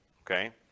okay